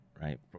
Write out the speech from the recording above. right